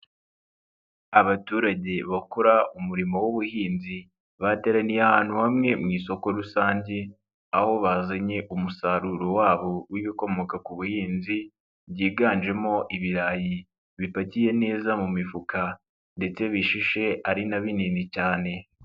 Abaturage bakora umurimo w'ubuhinzi, bateraniye ahantu hamwe mu isoko rusange, aho bazanye umusaruro wabo w'ibikomoka ku buhinzi, byiganjemo ibirayi bipakiye neza mu mifuka ndetse bishishe ari na binini cyane.